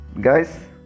Guys